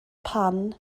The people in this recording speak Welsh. pan